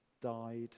died